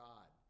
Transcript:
God